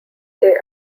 they